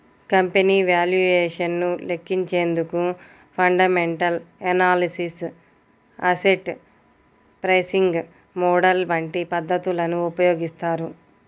company valuation ను లెక్కించేందుకు fundamental analysis, asset pricing model వంటి పద్ధతులను ఉపయోగిస్తారు